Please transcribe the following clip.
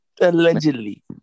Allegedly